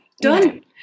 done